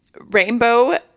rainbow